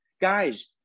Guys